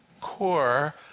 core